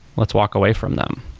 let's walk away from them.